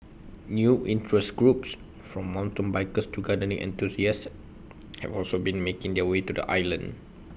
new interest groups from mountain bikers to gardening enthusiasts have also been making their way to the island